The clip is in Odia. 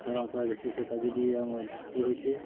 ପାଳନ କରାଯାଇସି ସେ କାଜେ ବି ଆମର ଛୁଟି ହଉଛେ